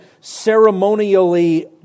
ceremonially